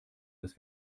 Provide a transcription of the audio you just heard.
dass